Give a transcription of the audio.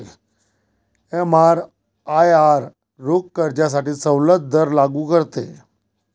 एमआरआयआर रोख कर्जासाठी सवलत दर लागू करते